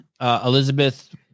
Elizabeth